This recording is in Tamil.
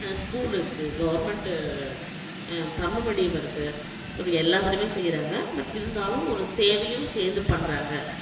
ஸ்கூலு இருக்குது கவுர்மெண்டு தமிழ் மீடியம் இருக்குது ஸோ இப்படி எல்லாம் செய்கிறாங்க பட் இருந்தாலும் ஒரு சேவையும் சேர்ந்து பண்ணுறாங்க